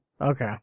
okay